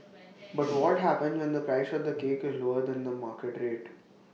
but what happens when the price of the cake is lower than the market rate